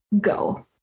go